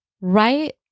right